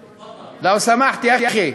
דו-שנתי?